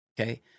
Okay